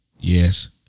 Yes